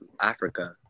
Africa